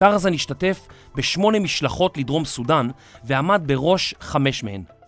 טרזה נשתתף בשמונה משלחות לדרום סודן ועמד בראש חמש מהן.